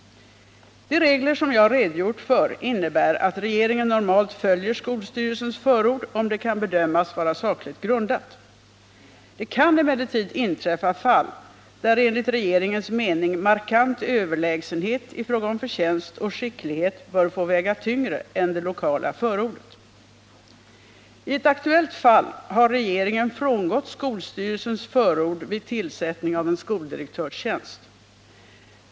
De regler som jag redogjort för innebär att regeringen normalt följer skolstyrelsens förord om det kan bedömas vara sakligt grundat. Det kan emellertid inträffa fall där enligt regeringens mening markant överlägsenhet i fråga om förtjänst och skicklighet bör få väga tyngre än det lokala förordet. I ett aktuellt fall har regeringen frångått skolstyrelsens förord vid tillsättning av en skoldirektörstjänst.